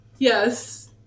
Yes